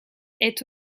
est